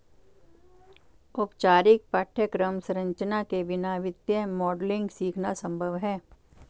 औपचारिक पाठ्यक्रम संरचना के बिना वित्तीय मॉडलिंग सीखना संभव हैं